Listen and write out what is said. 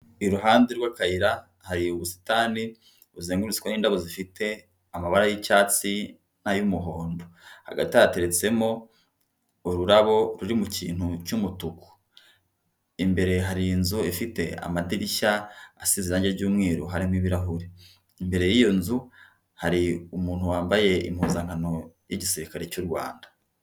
Iruhande rw'akayira, hari ubusitani buzengurutswe n'indabo zifite amabara y'icyatsi, n'ay'umuhondo. Hagati hateretsemo ururabo ruri mu kintu cy'umutuku. Imbere hari inzu ifite amadirishya asize irange ry'umweru harimo ibirahuri. Imbere y'iyo nzu, hari umuntu wambaye impuzankano y'igisirikare cy'u Rwanda.